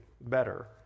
better